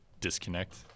disconnect